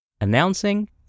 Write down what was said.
Announcing